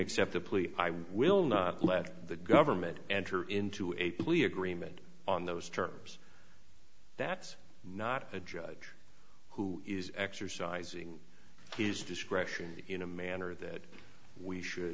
plea i will not let the government and her into a plea agreement on those terms that's not a judge who is exercising his discretion in a manner that we should